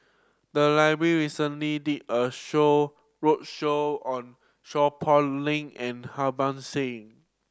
the library recently did a show roadshow on Seow Poh Leng and Harban Singh